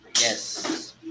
Yes